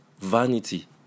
vanity